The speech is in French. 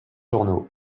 journaux